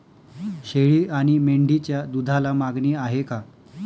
शेळी आणि मेंढीच्या दूधाला मागणी आहे का?